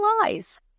lies